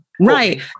Right